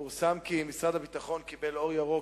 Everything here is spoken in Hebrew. פורסם כי משרד הביטחון קיבל אור ירוק